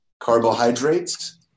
Carbohydrates